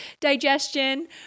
digestion